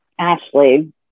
Ashley